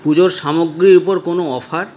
পুজোর সামগ্রীর ওপর কোনও অফার